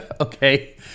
Okay